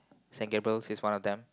Saint-Gabriel is one of them